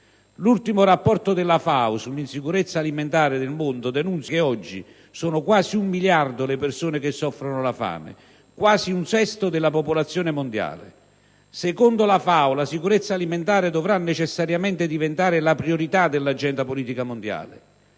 L'ultimo rapporto della FAO sull'insicurezza alimentare nel mondo denuncia che oggi sono quasi un miliardo le persone che soffrono la fame, quasi un sesto della popolazione mondiale. Secondo la FAO la sicurezza alimentare dovrà necessariamente diventare la priorità dell'agenda politica mondiale.